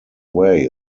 way